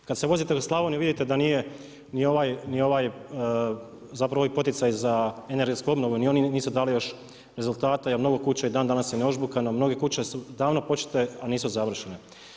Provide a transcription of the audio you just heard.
Kada se vozite u Slavoniju vidite da nije ni ovaj, zapravo ovi poticaji za energetsku obnovu, ni oni nisu dali još rezultate a mnogo kuća je i dan danas je neožbukano, mnoge kuće su davno počete a nisu završene.